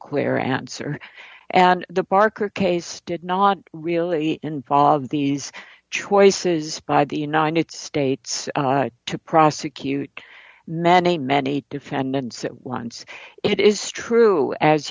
clear answer and the parker case did not really involve these choices by the united states to prosecute many many defendants at once it is true as